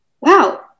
wow